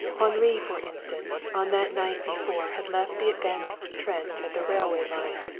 henri, for instance, on that night before had left the advanced trench at the railway line,